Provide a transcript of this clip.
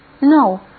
No